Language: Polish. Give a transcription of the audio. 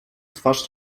twarz